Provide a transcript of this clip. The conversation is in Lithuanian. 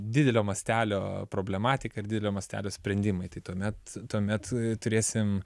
didelio mastelio problematika ir didelio mastelio sprendimai tai tuomet tuomet turėsim